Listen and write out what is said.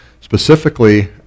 specifically